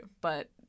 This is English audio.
But-